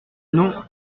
non